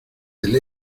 del